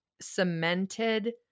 cemented